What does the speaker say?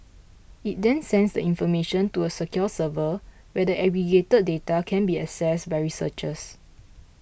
it then sends the information to a secure server where the aggregated data can be accessed by researchers